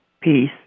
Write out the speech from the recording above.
peace